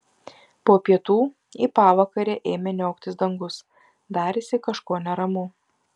po pietų į pavakarę ėmė niauktis dangus darėsi kažko neramu